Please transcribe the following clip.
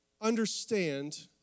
understand